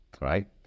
right